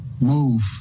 move